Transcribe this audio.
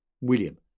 William